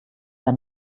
der